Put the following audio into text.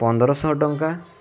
ପନ୍ଦରଶହ ଟଙ୍କା